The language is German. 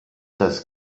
das